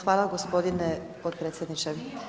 Hvala gospodine potpredsjedniče.